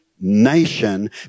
nation